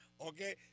okay